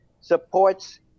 supports